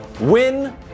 win